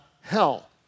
hell